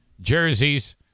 jerseys